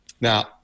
Now